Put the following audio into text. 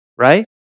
right